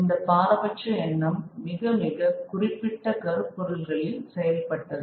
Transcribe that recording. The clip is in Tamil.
இந்த பாரபட்ச எண்ணம் மிக மிக குறிப்பிட்ட கருப்பொருள்களில் செயல்பட்டது